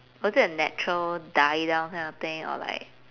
was is it a natural die down kind of thing or like